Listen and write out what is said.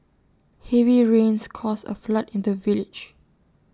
heavy rains caused A flood in the village